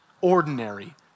ordinary